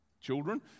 children